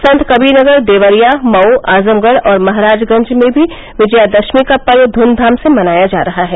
संतकबीरनगर देवरिया मऊ आजमगढ़ और महराजगंज में भी विजयादशमी का पर्व धूमधाम से मनाया जा रहा है